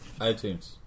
iTunes